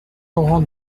laurent